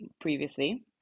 previously